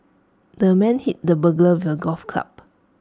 the man hit the burglar with A golf club